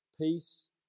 peace